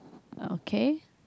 okay